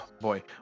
Boy